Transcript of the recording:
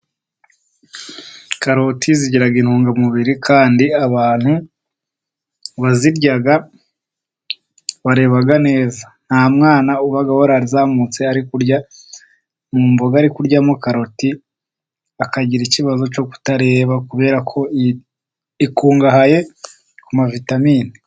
Karoti zigira intungamubiri kandi abantu bazirya bareba neza, nta mwana uba warazamutse ari kurya mu mboga, ari kuryamo karoti akagira ikibazo cyo kutareba, kubera ko ikungahaye ku ma vitamine.